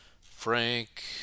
Frank